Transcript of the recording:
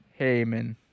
Heyman